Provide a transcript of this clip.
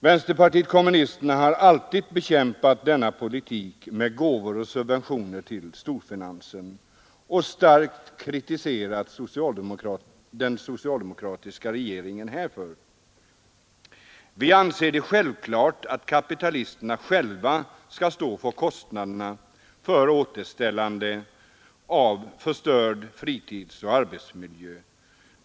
Vänsterpartiet kommunisterna har alltid bekämpat denna politik med gåvor och subventioner till storfinansen och starkt kritiserat den socialdemokratiska regeringen härför. Vi anser det givet att kapitalisterna själva skall stå för kostnaderna för återställandet av förstörd fritidsoch arbetsmiljö.